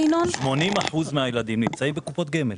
80% מהילדים נמצאים בקופות גמל.